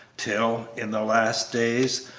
till, in the last days,